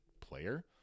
player